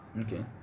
Okay